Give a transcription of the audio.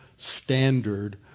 standard